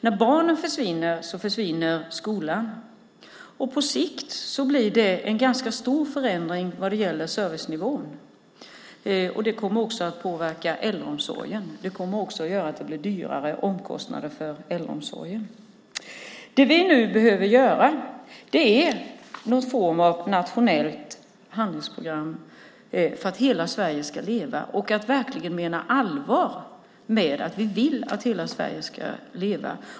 När barnen försvinner försvinner skolan. På sikt blir det en stor förändring vad gäller servicenivån. Det kommer också att påverka så att det blir högre omkostnader för äldreomsorgen. Vi behöver skapa någon form av nationellt handlingsprogram för att hela Sverige ska leva. Vi måste verkligen mena allvar med att vi vill att hela Sverige ska leva.